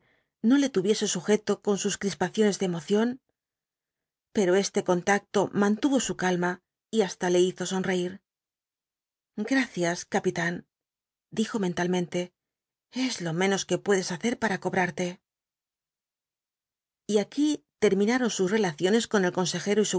no le tuviese sujeto con sus crispaciones de emoción pero este contacto mantuvo su calma y hasta le hizo sonreír gracias capitán dijo mentalmente es lo menos que puedes hacer para cobrarte y aquí terminaron sus relaciones con el consejero y su